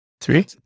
Three